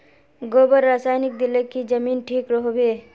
गोबर रासायनिक दिले की जमीन ठिक रोहबे?